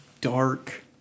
dark